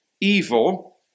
evil